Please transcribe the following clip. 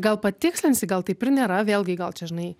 gal patikslinsi gal taip ir nėra vėlgi gal čia žinai